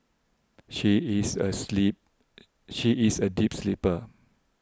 she is a sleep she is a deep sleeper